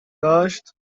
داشت